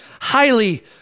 highly